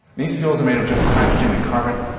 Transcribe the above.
these fuels are made of just hydrogen and carbon.